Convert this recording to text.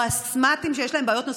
או אסתמטיים שיש להם בעיות נוספות,